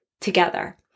together